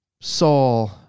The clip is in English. Saul